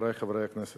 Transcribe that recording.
והגנת